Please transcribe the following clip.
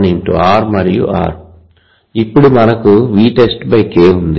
ఇప్పుడు మనకు Vtest K ఉంది